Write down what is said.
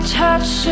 touch